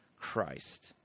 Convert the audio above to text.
Christ